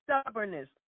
stubbornness